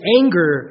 anger